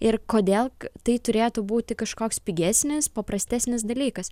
ir kodėl tai turėtų būti kažkoks pigesnis paprastesnis dalykas